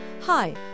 Hi